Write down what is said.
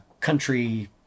country